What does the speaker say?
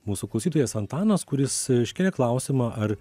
mūsų klausytojas antanas kuris iškėlė klausimą ar